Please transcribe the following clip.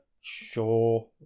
sure